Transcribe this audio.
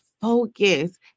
focus